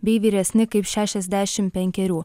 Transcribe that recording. bei vyresni kaip šešiasdešimt penkerių